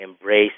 embrace